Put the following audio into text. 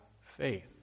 faith